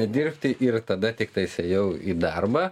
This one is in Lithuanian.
nedirbti ir tada tiktais ėjau į darbą